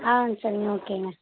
ஆ சரிங்க ஓகேங்க